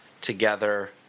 together